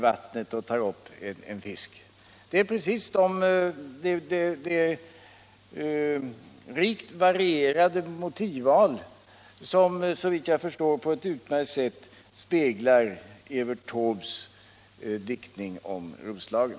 Det är just det rikt varierade motivval som, såvitt jag förstår, på ett utmärkt sätt speglar Evert Taubes diktning om Roslagen.